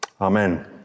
Amen